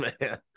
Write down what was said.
man